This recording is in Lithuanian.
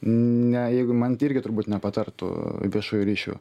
ne jeigu man irgi turbūt nepatartų viešųjų ryšių